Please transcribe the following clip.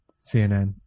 CNN